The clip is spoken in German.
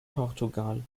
portugal